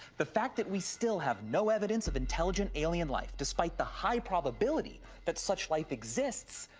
the fact that we still have no evidence of intelligent alien life despite the high probability that such life exists,